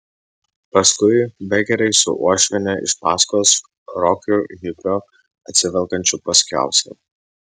paskui bekeriai su uošviene iš paskos rokiu hipiu atsivelkančiu paskiausiai